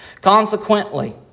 Consequently